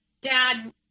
Dad